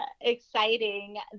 exciting